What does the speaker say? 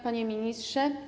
Panie Ministrze!